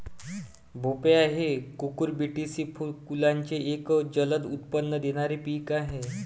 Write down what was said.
भोपळा हे कुकुरबिटेसी कुलाचे एक जलद उत्पन्न देणारे पीक आहे